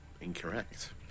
Incorrect